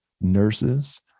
nurses